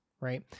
right